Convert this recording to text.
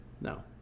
No